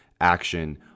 Action